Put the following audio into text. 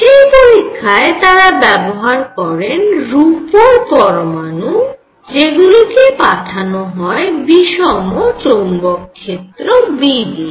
সেই পরীক্ষায় তারা ব্যবহার করেন রুপোর পরমাণু সেগুলি কে পাঠানো হয় বিষম চৌম্বক ক্ষেত্র B দিয়ে